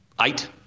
Eight